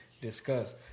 discuss